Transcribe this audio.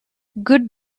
good